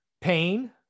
pain